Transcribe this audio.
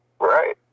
Right